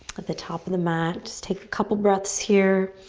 at the top of the mat. just take a couple breaths here.